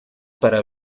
para